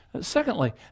Secondly